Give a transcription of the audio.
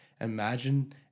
Imagine